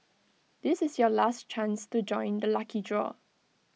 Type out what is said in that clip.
this is your last chance to join the lucky draw